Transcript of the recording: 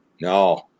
No